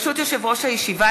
ברשות יושב-ראש הישיבה,